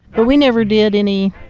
but we never did any,